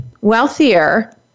wealthier